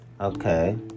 Okay